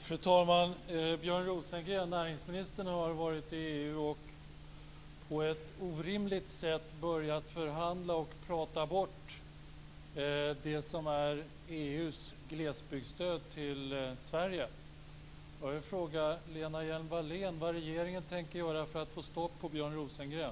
Fru talman! Näringsminister Björn Rosengren har varit i EU och på ett orimligt sätt börjat förhandla och prata bort EU:s glesbygdsstöd till Sverige. Jag vill fråga Lena Hjelm-Wallén vad regeringen tänker göra för att få stopp på Björn Rosengren.